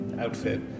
outfit